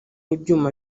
ibyuma